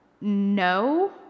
No